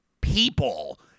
people